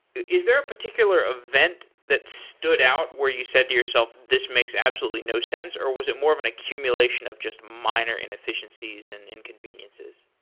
is there a particular event that stood out where you said to yourself, this makes absolutely no sense, or was it more of an accumulation of just minor inefficiencies and inconveniences?